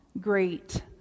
great